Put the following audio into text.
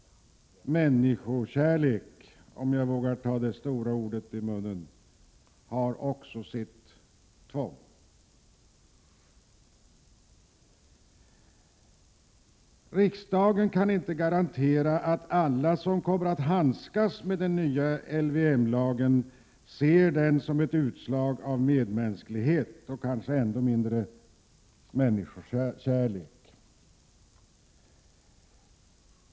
Människokärlek — om jag vågar ta det stora ordet i min mun — har också sitt tvång. Riksdagen kan inte garantera att alla som kommer att handskas med den nya LVM-lagen ser den som ett utslag av medmänsklighet eller, kanske ännu mindre, av människokärlek.